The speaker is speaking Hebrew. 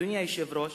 אדוני היושב-ראש,